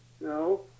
No